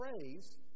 praise